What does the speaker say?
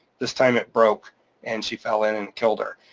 this time it broke and she fell in and killed her.